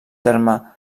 terme